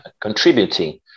contributing